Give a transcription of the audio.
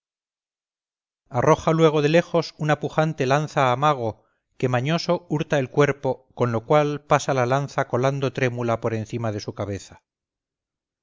arroja luego de lejos una pujante lanza a mago que mañoso hurta el cuerpo con lo cual pasa la lanza colando trémula por encima de su cabeza